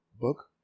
Book